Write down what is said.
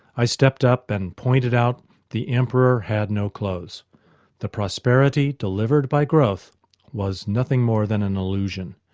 i stepped up and pointed out the emperor had no clothes the prosperity delivered by growth was nothing more than an illusion.